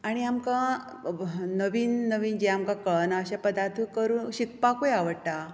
आनी आमकां नवीन नवीन जें आमकां कळना अशे पदार्थ शिकपाकूय आवडटा